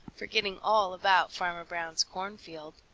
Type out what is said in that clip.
forgetting all about farmer brown's cornfield.